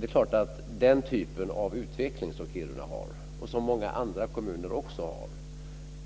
Det är klart att den typ av utveckling som finns i Kiruna, och också i många andra kommuner,